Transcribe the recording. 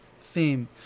theme